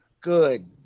Good